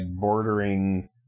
bordering